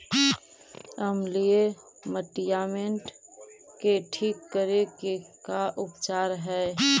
अमलिय मटियामेट के ठिक करे के का उपचार है?